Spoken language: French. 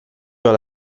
vers